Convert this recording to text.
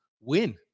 win